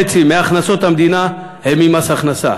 מהכנסות המדינה הן ממס הכנסה,